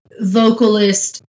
vocalist